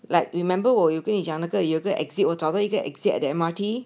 like remember 我跟你讲了个有个 exit 我找到一个 exit at the M_R_T